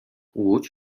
łódź